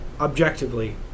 objectively